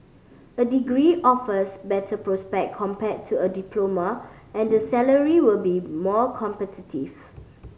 a degree offers better prospect compared to a diploma and the salary will be more competitive